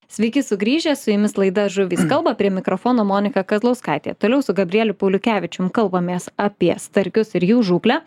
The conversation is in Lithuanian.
sveiki sugrįžę su jumis laida žuvys kalba prie mikrofono monika kazlauskaitė toliau su gabrieliu pauliukevičium kalbamės apie starkius ir jų žūklę